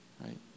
right